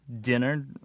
Dinner